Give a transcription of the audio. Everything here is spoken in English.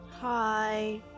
Hi